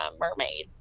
mermaids